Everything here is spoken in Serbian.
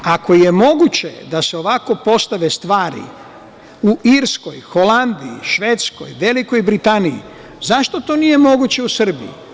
Ako je moguće da se ovako postave stvari u Irskoj, Holandiji, Švedskoj, Velikoj Britaniji, zašto to nije moguće u Srbiji?